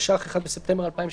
התשע"ח (1 בספטמבר 2018)